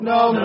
no